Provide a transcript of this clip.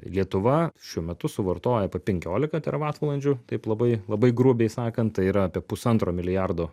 lietuva šiuo metu suvartoja apie penkiolika teravatvalandžių taip labai labai grubiai sakant tai yra apie pusantro milijardo